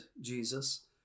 Jesus